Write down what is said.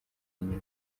inyuma